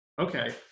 okay